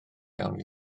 iawn